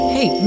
Hey